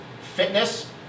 fitness